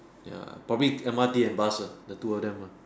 ya probably M_R_T and bus ah the two of them ah